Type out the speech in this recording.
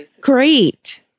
Great